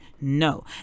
no